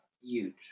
huge